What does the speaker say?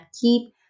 keep